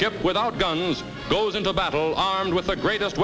ship without guns goes into battle armed with the greatest